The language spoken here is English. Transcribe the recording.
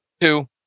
Two